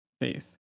faith